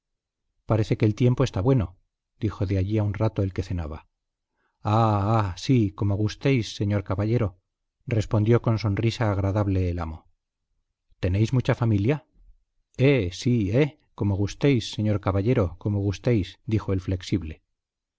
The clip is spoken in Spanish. parece que el tiempo está bueno dijo de allí a un rato el que cenaba ah ah sí como gustéis señor caballero respondió con sonrisa agradable el amo tenéis mucha familia eh sí eh como gustéis señor caballero como gustéis dijo el flexible